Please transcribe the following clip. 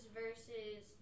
versus